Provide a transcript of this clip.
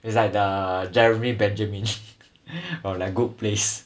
is like the jeremy benjamin or like good place